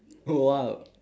oh !wow!